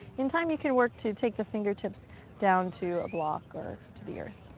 in time, you can work to take the fingertips down to a block or to the earth.